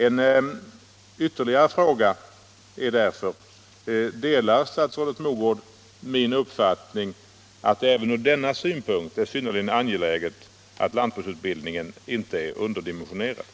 En ytterligare fråga är därför: Delar statsrådet Mogård min uppfattning att det även ur denna synpunkt är synnerligen angeläget att lantbruksutbildningen inte är underdimensionerad?